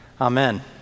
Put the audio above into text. Amen